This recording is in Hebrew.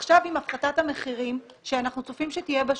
עכשיו, עם הפחתת המחירים שאנחנו צופים שתהיה בשוק,